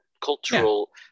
cultural